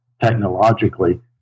technologically